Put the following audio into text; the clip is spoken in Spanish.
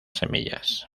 semillas